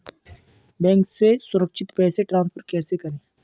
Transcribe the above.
Bank से सुरक्षित पैसे ट्रांसफर कैसे करें?